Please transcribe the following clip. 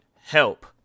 help